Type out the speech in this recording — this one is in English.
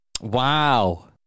Wow